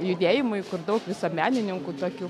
judėjimui kur daug visuomenininkų tokių